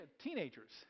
teenagers